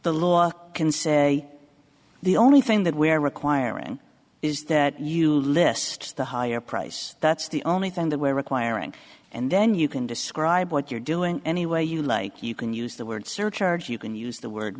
the law can say the only thing that we are requiring is that you list the higher price that's the only thing that we're requiring and then you can describe what you're doing any way you like you can use the word surcharge you can use the word